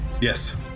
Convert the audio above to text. Yes